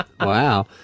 Wow